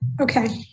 Okay